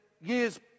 year's